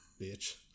bitch